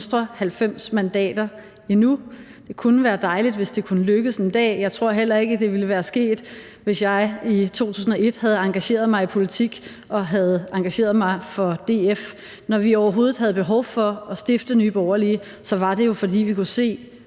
90 mandater endnu. Det kunne være dejligt, hvis det kunne lykkes en dag, og jeg tror heller ikke, at det ville være sket, hvis jeg i 2001 havde engageret mig i politik og havde engageret mig for DF. Når vi overhovedet havde behov for at stifte Nye Borgerlige, var det jo, fordi vi kunne se